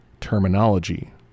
terminology